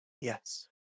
yes